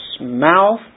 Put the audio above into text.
mouth